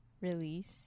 release